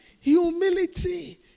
Humility